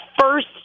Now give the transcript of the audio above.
first